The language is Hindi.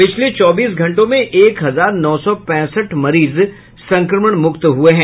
पिछले चौबीस घंटों में एक हजार नौ सौ पैंसठ मरीज संक्रमण मुक्त हुये हैं